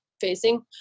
facing